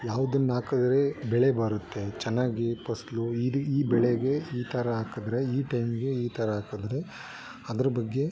ಯಾವ್ದನ್ನ ಹಾಕಿದ್ರೆ ಬೆಳೆ ಬರುತ್ತೆ ಚೆನ್ನಾಗಿ ಫಸ್ಲು ಇಡೀ ಈ ಬೆಳೆಗೆ ಈ ಥರ ಹಾಕಿದ್ರೆ ಈ ಟೈಮ್ಗೆ ಈ ಥರ ಹಾಕಿದ್ರೆ ಅದ್ರ ಬಗ್ಗೆ